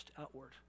outward